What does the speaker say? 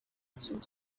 ikintu